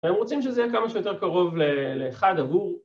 הם רוצים שזה יהיה כמה שיותר קרוב לאחד עבור